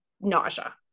nausea